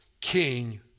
king